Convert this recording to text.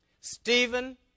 Stephen